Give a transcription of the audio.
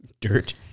Dirt